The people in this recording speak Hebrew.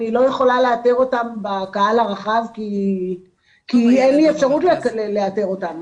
אני לא יכולה לאתר אותם בקהל הרחב כי אין לי אפשרות לאתר אותם.